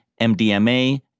MDMA